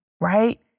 Right